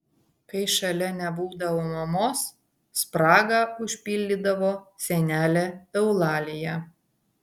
kai šalia nebūdavo mamos spragą užpildydavo senelė eulalija